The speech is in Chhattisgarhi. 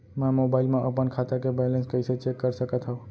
मैं मोबाइल मा अपन खाता के बैलेन्स कइसे चेक कर सकत हव?